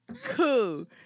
cool